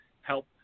help